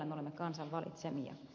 me olemme kansan valitsemia